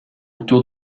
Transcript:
retour